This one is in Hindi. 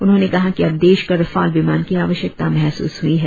उन्होंने कहा कि अब देश को रफाल विमान की आवश्यकता महसूस हुई है